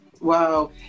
Wow